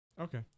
Okay